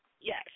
Yes